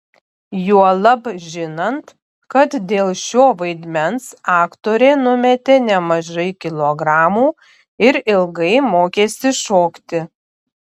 juolab žinant kad dėl šio vaidmens aktorė numetė nemažai kilogramų ir ilgai mokėsi šokti